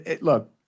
look